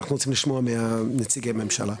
ואנחנו רוצים לשמוע מנציגי הממשלה.